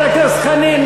חבר הכנסת חנין,